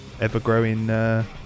ever-growing